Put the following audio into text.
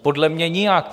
Podle mě nijak.